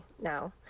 now